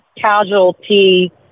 casualty